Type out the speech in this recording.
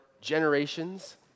generations